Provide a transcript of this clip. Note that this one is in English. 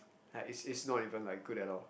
like it's it's not even like good at all